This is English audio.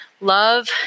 Love